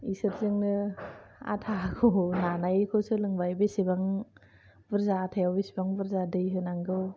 बिसोरजोंनो आटाखौ नानायखौ सोलोंबाय बेसेबां बुरजा आटायाव बेसेबां बुरजा दै होनांगौ